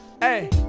Hey